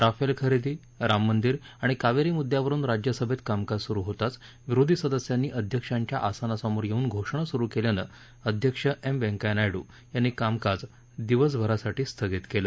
Rafale खरदी राम मंदीर आणि कावदीी मुद्यावरुन राज्यसभतीकामकाज सुरू होताच विरोधी सदस्यांनी अध्यक्षांच्या आसनासमोर यक्तिन घोषणा सुरू क्ल्यिनं अध्यक्ष एम व्यंकय्या नायडू यांनी कामकाज दिवसभरासाठी स्थगित कल्ल